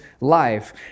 life